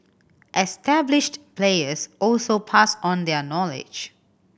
established players also pass on their knowledge